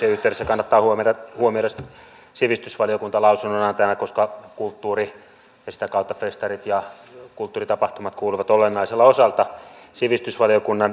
ainakin siinä alkoholilain kokonaisuudistuksen yhteydessä kannattaa huomioida sivistysvaliokuntaa lausunnonantajana koska kulttuuri ja sitä kautta festarit ja kulttuuritapahtumat kuuluvat olennaiselta osaltaan sivistysvaliokunnan rooliin